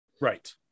Right